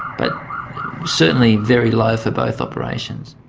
but certainly very low for both operations.